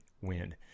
wind